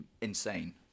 insane